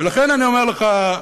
ולכן אני אומר לך,